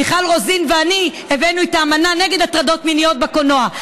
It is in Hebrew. מיכל רוזין ואני הבאנו את האמנה נגד הטרדות מיניות בקולנוע.